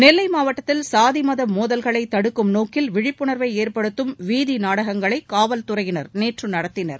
நெல்லை மாவட்டத்தில் சாதி மத மோதல்களை தடுக்கும் நோக்கில் விழிப்புணர்வை ஏற்படுத்தும் வீதி நாடகங்களை காவல்துறையினர் நேற்று நடத்தினர்